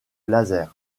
laser